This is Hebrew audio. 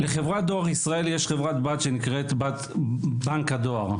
לחברת דואר ישראל יש חברת בת שנקראת בנק הדואר.